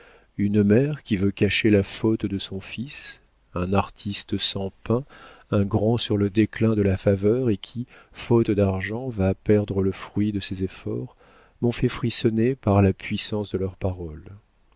une mère qui veut cacher la faute de son fils un artiste sans pain un grand sur le déclin de la faveur et qui faute d'argent va perdre le fruit de ses efforts m'ont fait frissonner par la puissance de leur parole